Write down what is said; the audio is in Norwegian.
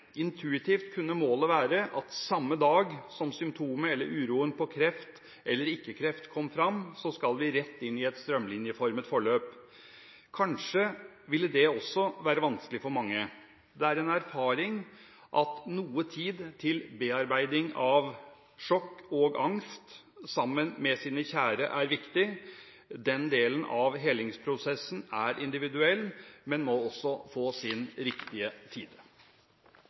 lntuitivt kunne målet være at samme dag som symptomet på kreft – eller uroen for kreft eller ikke kreft – kom fram, skal vi rett inn i et strømlinjeforløpet forløp. Kanskje ville det også være vanskelig for mange. Det er en erfaring at noe tid til bearbeiding av sjokk og angst, sammen med sine kjære, er viktig. Den delen av helingsprosessen er individuell, men må også få sin riktige tid.